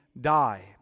die